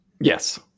Yes